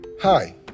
Hi